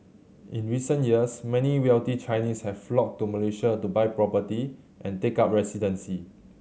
in recent years many wealthy Chinese have flocked to Malaysia to buy property and take up residency